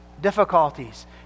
difficulties